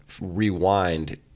rewind